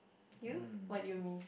you what do you mean